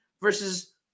Versus